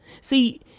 See